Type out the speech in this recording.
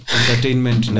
entertainment